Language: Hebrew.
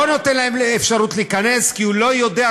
לא נותן להם אפשרות להיכנס כי הוא לא יודע,